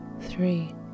three